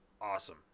awesome